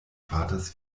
vaters